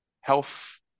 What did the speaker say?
health